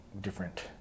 different